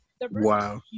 Wow